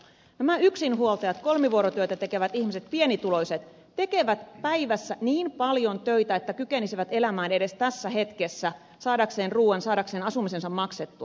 nämä yksinhuoltajat kolmivuorotyötä tekevät ihmiset pienituloiset tekevät päivässä niin paljon töitä jotta kykenisivät elämään edes tässä hetkessä saadakseen ruuan saadakseen asumisensa maksettua